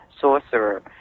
sorcerer